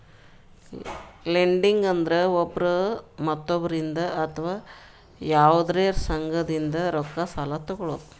lending ಅಂದ್ರ ಒಬ್ರ್ ಮತ್ತೊಬ್ಬರಿಂದ್ ಅಥವಾ ಯವಾದ್ರೆ ಸಂಘದಿಂದ್ ರೊಕ್ಕ ಸಾಲಾ ತೊಗಳದು